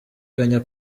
kuvuga